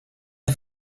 est